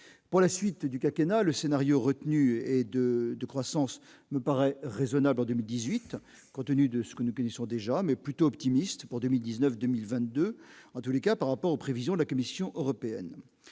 pour la suite du quinquennat le scénario retenu est de de croissance me paraît raisonnable en 2018 Compte-tenu de ce que nous connaissons déjà, mais plutôt optimiste pour 2019, 2022, en tous les cas par rapport aux prévisions de la Commission européenne